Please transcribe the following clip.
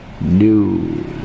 news